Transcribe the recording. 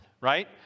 Right